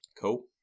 Cool